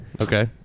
okay